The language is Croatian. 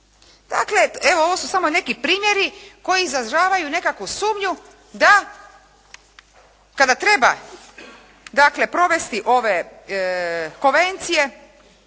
Dakle, evo ovo su samo neki primjeri koji izražavaju neku sumnju da kada treba provesti ove konvencije